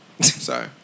Sorry